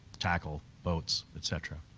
tackle, boats, etc,